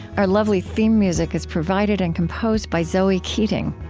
our lovely theme music is provided and composed by zoe keating.